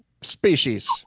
Species